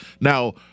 Now